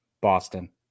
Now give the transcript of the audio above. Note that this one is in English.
Boston